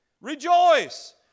Rejoice